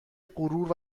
غرور